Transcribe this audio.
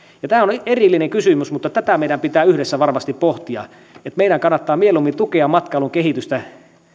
tämä on erillinen kysymys mutta tätä meidän pitää yhdessä varmasti pohtia meidän kannattaa mieluummin tukea matkailun kehitystä